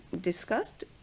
discussed